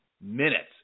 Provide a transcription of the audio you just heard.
minutes